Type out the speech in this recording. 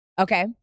Okay